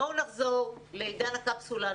בואו נחזור לעידן הקפסולה,